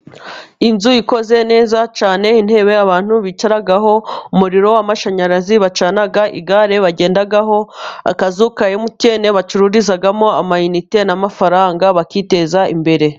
Inzu ikoze neza cyane, intebe abantu bicaraho, umuriro w'amashanyarazi bacana, igare bagendaho, akazu ka emutiyene bacururizamo amayinite n'amafaranga bakiteza imbere.